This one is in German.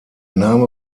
name